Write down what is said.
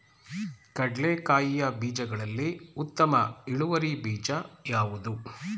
ಕಡ್ಲೆಕಾಯಿಯ ಬೀಜಗಳಲ್ಲಿ ಉತ್ತಮ ಇಳುವರಿ ಬೀಜ ಯಾವುದು?